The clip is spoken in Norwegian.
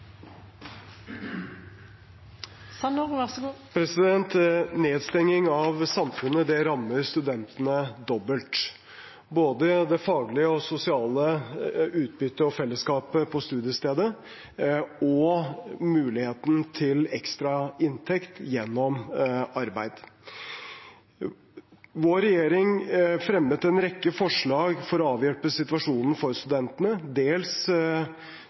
sosiale utbyttet og fellesskapet på studiestedet, og muligheten til ekstra inntekt gjennom arbeid. Vår regjering fremmet en rekke forslag for å avhjelpe situasjonen for studentene, dels